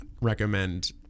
recommend